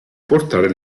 portare